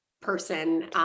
person